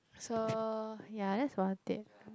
so ya that's about it